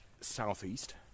southeast